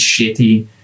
shitty